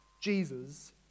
Jesus